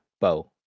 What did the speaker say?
bow